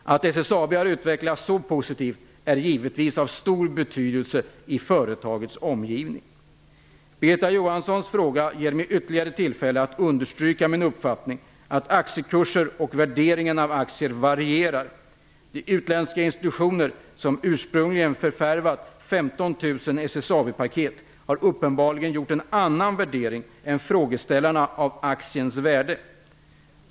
Att SSAB har utvecklats så positivt är givetvis av stor betydelse i företagets omgivning. Birgitta Johanssons fråga ger mig ytterligare tillfälle att understryka min uppfattning att aktiekurser och värderingen av aktier varierar. De utländska institutioner som ursprungligen förvärvade 15 000 SSAB-paket har uppenbarligen gjort en annan värdering än frågeställarna av aktiens värde.